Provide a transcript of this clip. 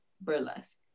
burlesque